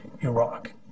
Iraq